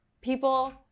people